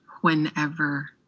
whenever